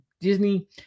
Disney